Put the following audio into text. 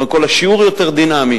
קודם כול השיעור יותר דינמי,